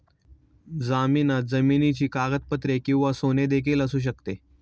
जामिनात जमिनीची कागदपत्रे किंवा सोने देखील असू शकते